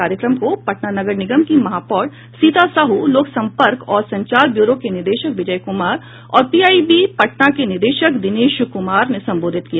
कार्यक्रम को पटना नगर निगम की महापौर सीता साहू लोक संपर्क और संचार ब्यूरो के निदेशक विजय कुमार और पीआईबी पटना के निदेशक दिनेश कुमार ने संबोधित किया